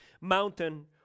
mountain